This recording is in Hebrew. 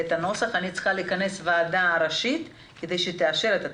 את הנוסח אני צריכה לכנס את הוועדה הראשית כדי שהיא תאשר את התקנות.